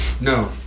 No